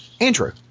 Andrew